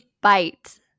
bite